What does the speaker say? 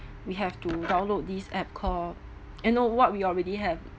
we have to download this app called you know what we already have